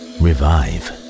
revive